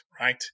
right